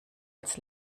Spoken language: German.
als